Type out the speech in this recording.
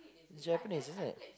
Japanese isn't it